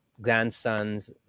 grandsons